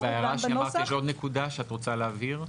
יש עוד נקודה שאת רוצה להבהיר?